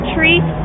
Treat